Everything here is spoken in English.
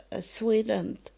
Sweden